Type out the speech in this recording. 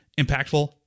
impactful